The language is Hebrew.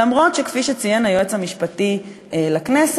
אף-על-פי שכפי שציין היועץ המשפטי לכנסת,